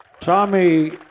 Tommy